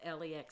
LEX